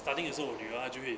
starting also 我的女儿她就会